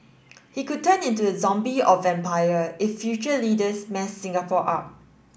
he could turn into a zombie or vampire if future leaders mess Singapore up